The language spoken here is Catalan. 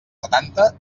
setanta